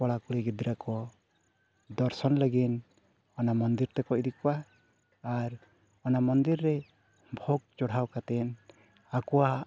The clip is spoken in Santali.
ᱠᱚᱲᱟᱼᱠᱩᱲᱤ ᱜᱤᱫᱽᱴᱨᱟᱹ ᱠᱚ ᱫᱚᱨᱥᱚᱱ ᱞᱟᱹᱜᱤᱫ ᱚᱱᱟ ᱢᱚᱱᱫᱤᱨ ᱛᱮᱠᱚ ᱤᱫᱤ ᱠᱚᱣᱟ ᱟᱨ ᱚᱱᱟ ᱢᱚᱱᱫᱤᱨ ᱨᱮ ᱵᱳᱜᱽ ᱪᱚᱲᱦᱟᱣ ᱠᱟᱛᱮᱫ ᱟᱠᱚᱣᱟᱜ